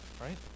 Right